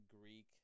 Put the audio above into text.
Greek